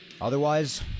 Otherwise